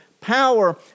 power